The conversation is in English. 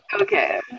Okay